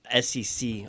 SEC